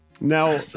Now